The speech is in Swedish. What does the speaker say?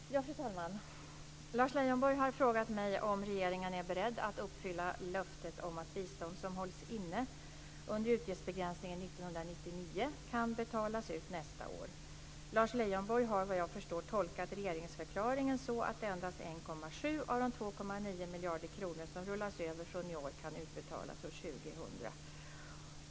Fru talman! Lars Leijonborg har frågat mig om regeringen är beredd att uppfylla löftet om att bistånd som hålls inne under utgiftsbegränsningen 1999 kan betalas ut nästa år. Lars Leijonborg har efter vad jag förstår tolkat regeringsförklaringen så att endast 1,7 av de 2,9 miljarder kronor som rullas över från i år kan utbetalas år 2000.